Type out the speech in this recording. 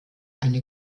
eine